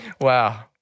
wow